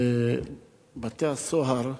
בבתי-הסוהר,